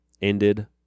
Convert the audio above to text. Ended